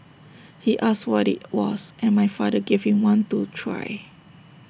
he asked what IT was and my father gave him one to try